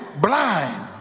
blind